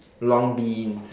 long bean